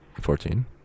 Fourteen